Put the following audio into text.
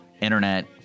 internet